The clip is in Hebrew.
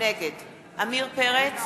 נגד עמיר פרץ,